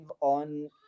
on